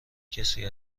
کسی